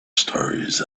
stories